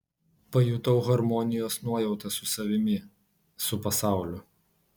pajutau harmonijos nuojautą su savimi su pasauliu